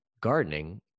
gardening